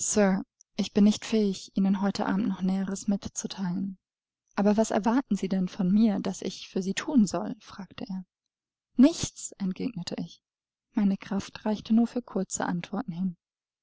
ich bin nicht fähig ihnen heute abend noch näheres mitzuteilen aber was erwarten sie denn von mir daß ich für sie thun soll fragte er nichts entgegnete ich meine kraft reichte nur für kurze antworten hin